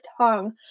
tongue